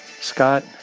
Scott